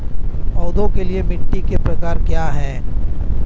पौधों के लिए मिट्टी के प्रकार क्या हैं?